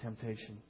temptation